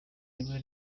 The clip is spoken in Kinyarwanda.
rimwe